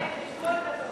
כן, חשבון גדול.